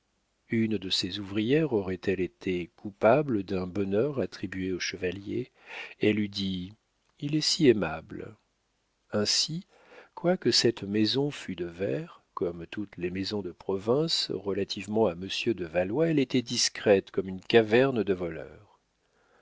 une de ses ouvrières aurait-elle été coupable d'un bonheur attribué au chevalier elle eût dit il est si aimable ainsi quoique cette maison fût de verre comme toutes les maisons de province relativement à monsieur de valois elle était discrète comme une caverne de voleurs